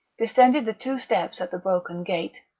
descended the two steps at the broken gate,